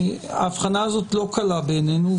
ההבחנה הזאת לא קלה בעינינו.